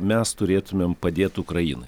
mes turėtumėm padėt ukrainai